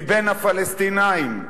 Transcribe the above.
מבין הפלסטינים,